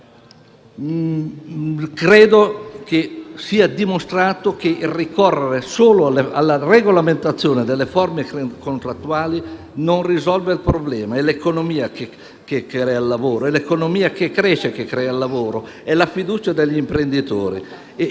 Credo sia dimostrato che ricorrere solo alla regolamentazione delle forme contrattuali non risolve il problema. È l'economia che cresce che crea il lavoro, è la fiducia degli imprenditori,